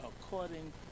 according